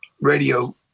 radio